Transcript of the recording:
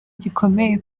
gikomeye